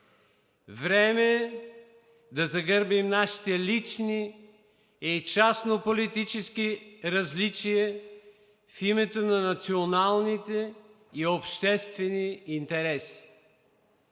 Време е да загърбим нашите лични и частнополитически различия в името на националните и обществените интереси.